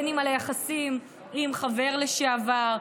על היחסים עם חבר לשעבר,